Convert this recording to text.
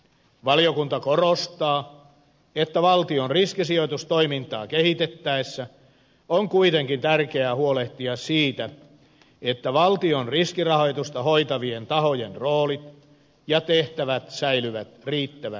valiokunta korostaa että valtion riskisijoitustoimintaa kehitettäessä on kuitenkin tärkeää huolehtia siitä että valtion riskirahoitusta hoitavien tahojen rooli ja tehtävät säilyvät riittävän selkeinä